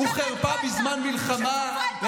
הציבור היצרני, העובד,